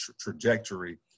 trajectory